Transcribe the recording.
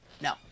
No